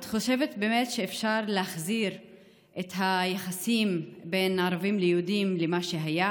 את חושבת באמת שאפשר להחזיר את היחסים בין ערבים ליהודים למה שהיה?